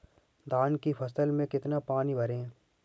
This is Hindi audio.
धान की फसल में कितना पानी भरें?